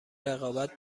رقابت